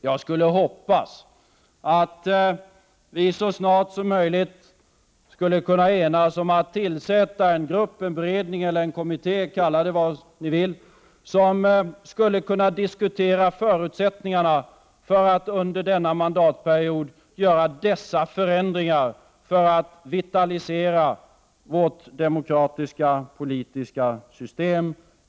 Jag hoppas att vi så snart som möjligt skall kunna enas om att tillsätta en grupp, en beredning eller kommitté — kalla det vad ni vill — som skulle kunna diskutera förutsättningarna för att under denna mandatperiod göra dessa förändringar för att vitalisera vårt demokratiska politiska system.